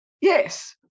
Yes